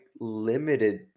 limited